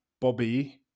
Bobby